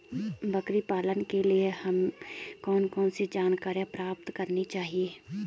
बकरी पालन के लिए हमें कौन कौन सी जानकारियां प्राप्त करनी चाहिए?